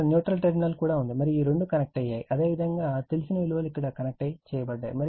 ఇక్కడ neutral terminal కూడా ఉంది మరియు ఈ రెండు కనెక్ట్ అయ్యాయి అదేవిధంగా తెలిసిన విలువలు ఇక్కడ కనెక్ట్ చేయబడ్డాయి